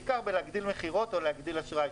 בעיקר בהגדלת מכירות או הגדלת אשראי,